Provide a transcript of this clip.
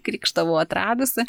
krykštavau atradusi